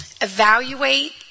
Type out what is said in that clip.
evaluate